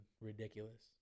ridiculous